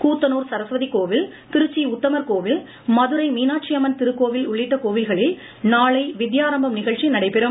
கூத்தனூர் சரஸ்வதி கோவில் திருச்சி உத்தமர் கோவில் மதுரை மீனாட்சியம்மன் திருக்கோவில் உள்ளிட்ட கோவில்களில் நாளை வித்யாரம்பம் நிகழ்ச்சி நடைபெறும்